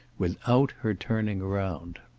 without her turning round.